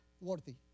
worthy